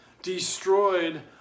destroyed